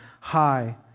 high